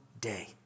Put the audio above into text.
day